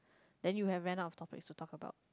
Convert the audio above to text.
then you have ran out of topics to talk about